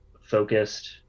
focused